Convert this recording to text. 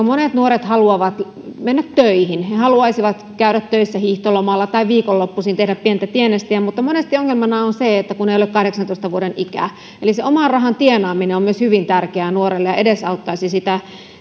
monet nuoret haluavat mennä töihin he haluaisivat käydä töissä hiihtolomalla tai viikonloppuisin tehdä pientä tienestiä mutta monesti ongelmana on se että ei ole kahdeksantoista vuoden ikää eli myös se oman rahan tienaaminen on myös hyvin tärkeää nuorelle ja edesauttaisi sitä